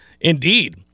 Indeed